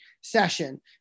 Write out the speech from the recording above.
session